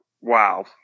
Wow